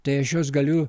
tai aš juos galiu